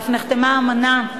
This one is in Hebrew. אף נחתמה אמנה,